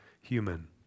human